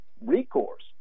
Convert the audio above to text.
recourse